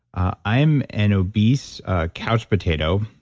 i am an obese couch potato,